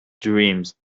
dreams